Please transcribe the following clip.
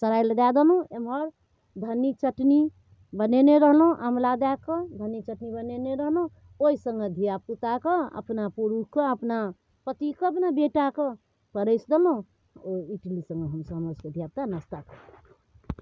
सराइ लऽ दऽ देलहुँ एम्हर धन्नी चटनी बनेने रहलहुँ आँवला दऽ कऽ धन्नी चटनी बनेने रहलहुँ ओहि सङ्गे धिआपुताके अपना पुरुखके अपना पतिके अपना बेटाके परसि देलहुँ ओ इडलीसँ हमरसभके धिआपुता नास्ता कऽ लेलक